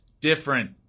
different